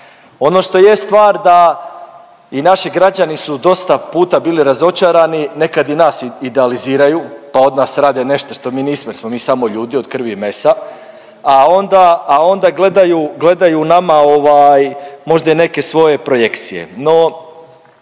Ono što jest stvar da i naši građani su dosta puta bili razočarani, nekad i nas idealiziraju, pa od nas rade nešto što mi nismo jer smo mi samo ljudi od krvi i mesa, a onda, a onda gledaju, gledaju u nama ovaj možda i neke svoje projekcije.